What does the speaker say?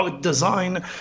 design